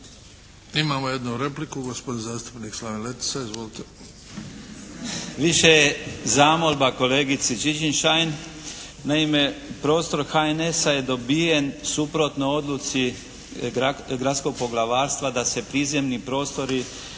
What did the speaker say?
Imamo jednu repliku, gospodin zastupnik Slaven Letica. Izvolite. **Letica, Slaven (Nezavisni)** Više je zamolba kolegici Čičin-Šain. Naime, prostor HNS-a je dobiven suprotno odluci gradskog poglavarstva da se prizemni prostori